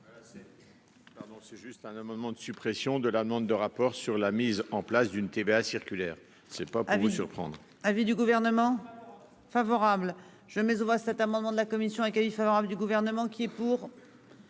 c'est juste un amendement de suppression de la demande de rapport sur la mise en place d'une TVA circulaire. C'est pas vous surprendre avis du Gouvernement favorable je mais va cet amendement de la commission favorable du gouvernement qui est pour.--